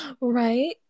Right